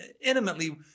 intimately